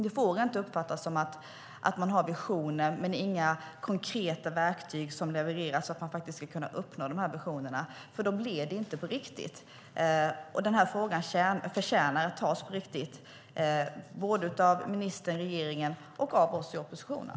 Det får inte uppfattas som att man har en vision men inga konkreta verktyg som levererar, så att man faktiskt ska kunna uppnå visionerna, för då blir det inte på riktigt. Den här frågan förtjänar att tas på riktigt, både av ministern och regeringen och av oss i oppositionen.